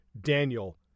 Daniel